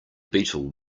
beetle